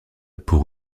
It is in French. pour